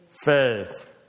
faith